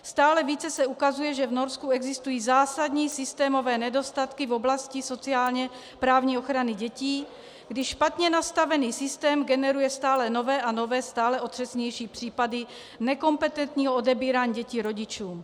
Stále více se ukazuje, že v Norsku existují zásadní systémové nedostatky v oblasti sociálněprávní ochrany dětí, když špatně nastavený systém generuje stále nové a nové, stále otřesnější případy nekompetentního odebírání dětí rodičům.